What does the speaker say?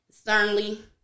sternly